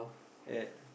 at